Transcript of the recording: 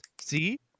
see